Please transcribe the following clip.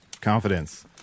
Confidence